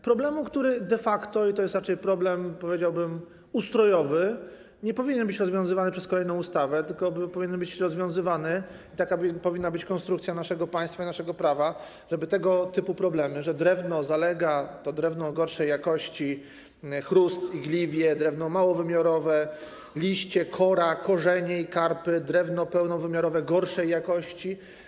Problemu, który de facto, i to jest raczej problem, powiedziałbym, ustrojowy, nie powinien być rozwiązywany przez kolejną ustawę, tylko powinien być rozwiązywany - i taka powinna być konstrukcja naszego państwa i naszego prawa - żeby tego typu problemy, że drewno zalega, to drewno gorszej jakości, chrust, igliwie, drewno małowymiarowe, liście, kora, korzenie i karpy, drewno pełnowymiarowe gorszej jakości.